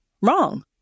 wrong